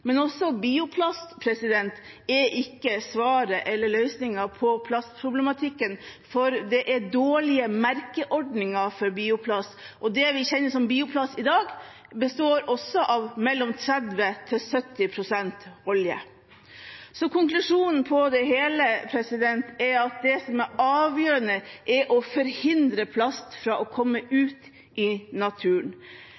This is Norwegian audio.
Men heller ikke bioplast er løsningen på plastproblematikken. Det er dårlige merkeordninger for bioplast, og det vi kjenner som bioplast i dag, består også av 30 pst.–70 pst. olje. Konklusjonen på det hele er at det som er avgjørende, er å forhindre plast fra å komme